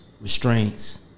restraints